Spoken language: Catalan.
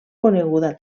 coneguda